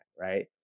right